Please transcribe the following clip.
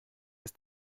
ist